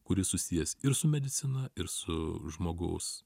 kuris susijęs ir su medicina ir su žmogaus